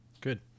Good